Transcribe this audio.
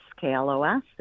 K-L-O-S